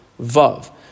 vav